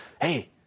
hey